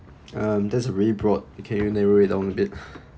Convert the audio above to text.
um that's really broad can you narrow it down a bit